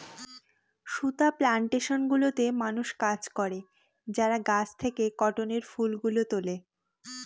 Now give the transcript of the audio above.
সুতা প্লানটেশন গুলোতে মানুষ কাজ করে যারা গাছ থেকে কটনের ফুল গুলো তুলে